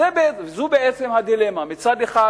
זו בעצם הדילמה: מצד אחד